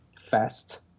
fast